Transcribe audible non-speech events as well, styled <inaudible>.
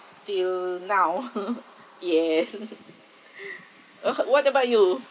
till now <laughs> yes <laughs> <breath> uh what about you